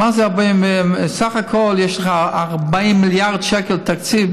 מה זה, יש לך 40 מיליארד שקל תקציב.